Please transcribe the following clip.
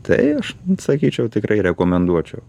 tai aš sakyčiau tikrai rekomenduočiau